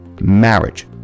marriage